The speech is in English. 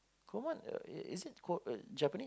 Kumon is it Japanese